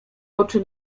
oczy